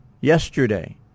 Yesterday